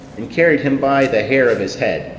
and carried him by the hair of his head,